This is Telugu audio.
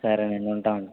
సరేనండి ఉంటామండి